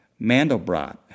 Mandelbrot